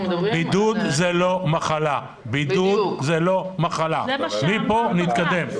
בידוד זה לא מחלה, ומפה נתקדם.